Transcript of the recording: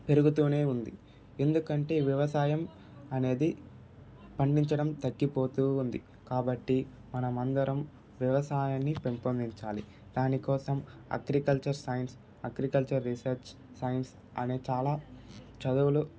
పెరుగుతు ఉంది ఎందుకంటే వ్యవసాయం అనేది పండించడం తగ్గిపోతు ఉంది కాబట్టి మనం అందరం వ్యవసాయాన్ని పెంపొందించాలి దాని కోసం agriculture science agriculture research science అని చాలా చదువులు